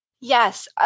Yes